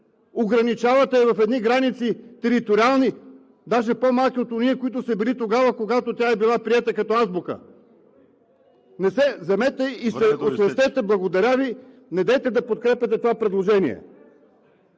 ограничавате я в едни териториални граници, даже по-малки от ония, които са били тогава, когато тя е била приета като азбука. Вземете и се освестете. Благодаря Ви. Недейте да подкрепяте това предложение.